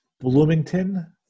Bloomington